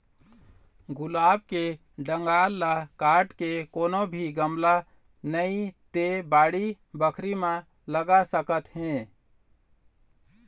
गुलाब के डंगाल ल काट के कोनो भी गमला नइ ते बाड़ी बखरी म लगा सकत हे